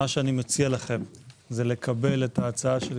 מה שאני מציע לכם זה לקבל את ההצעה שלי